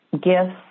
gifts